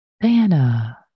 Diana